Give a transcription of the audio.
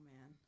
man